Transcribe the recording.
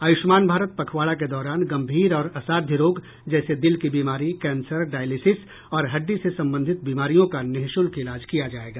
आयुष्मान भारत पखवाड़ा के दौरान गंभीर और असाध्य रोग जैसे दिल की बीमारी कैंसर डायलिसिस और हड्डी से संबंधित बीमारियों का निःशुल्क इलाज किया जायेगा